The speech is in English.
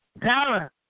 Sarah